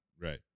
Right